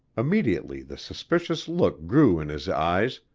immediately the suspicious look grew in his eyes,